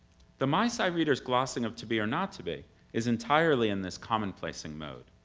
the meisei reader's glossing of to be or not to be is entirely in this commonplacing mode.